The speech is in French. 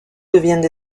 deviennent